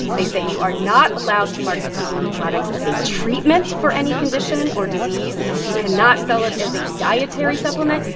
they say you are not allowed to market cbd products as a treatment for any condition or disease, you cannot sell it as a dietary supplement,